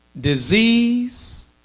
disease